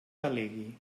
delegui